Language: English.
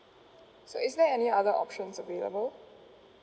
so is there any other options available